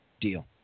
Deal